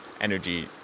energy